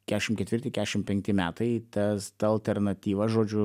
kešim ketvirti kešim penkti metai tas ta alternatyva žodžiu